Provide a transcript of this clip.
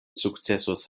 sukcesos